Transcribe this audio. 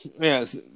yes